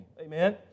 Amen